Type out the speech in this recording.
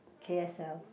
K_S_L